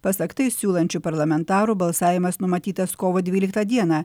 pasak tai siūlančių parlamentarų balsavimas numatytas kovo dvyliktą dieną